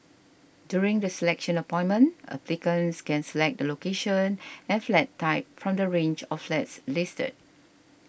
during the selection appointment applicants can select the location and flat type from the range of flats listed